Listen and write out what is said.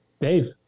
Dave